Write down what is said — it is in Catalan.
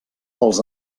els